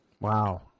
Wow